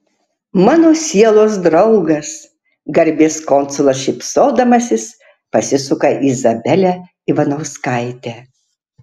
mano sielos draugas garbės konsulas šypsodamasis pasisuka į izabelę ivanauskaitę